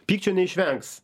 pykčio neišvengs